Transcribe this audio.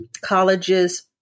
colleges